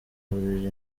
buriri